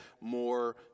more